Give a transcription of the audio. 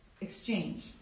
exchange